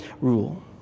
rule